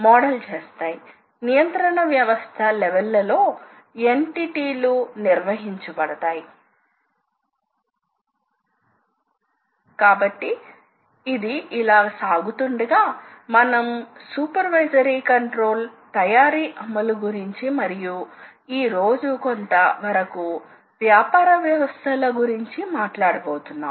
కాబట్టి మీరు యంత్రం యొక్క లక్షణాన్ని పరిశీలిస్తే మనం స్పిండిల్ డ్రైవ్ చేత సృష్టించబడిన భ్రమణ కదలిక ను సృష్టించాలి మరియు టేబుల్ డ్రైవ్ ద్వారా సృష్టించబడిన సరళ కదలిక ను మనం సృష్టించాలి టేబుల్ డ్రైవ్ లో ప్రాథమికంగా డ్రైవ్ తిరుగుతున్నప్పుడు బాల్ స్క్రూ లేదా రాక్ పినియన్ ఉపయోగించి సరళ చలన మార్పిడి జరుగుతుంది